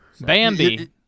Bambi